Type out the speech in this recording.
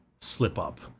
slip-up